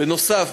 בנוסף,